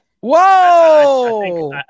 Whoa